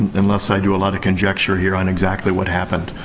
unless i do a lot of conjecture here on exactly what happened.